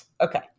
okay